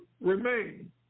remain